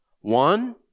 One